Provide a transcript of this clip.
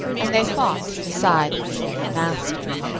and they fought to decide who should be master.